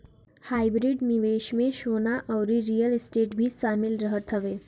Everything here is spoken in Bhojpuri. हाइब्रिड निवेश में सोना अउरी रियल स्टेट भी शामिल रहत हवे